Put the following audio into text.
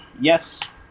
Yes